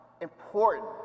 important